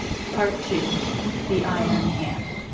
part two the iron hand